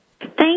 Thank